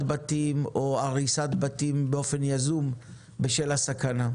בתים או הריסת בתים באופן יזום בשל הסכנה.